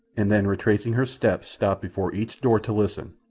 and then retracing her steps stopped before each door to listen,